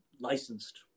licensed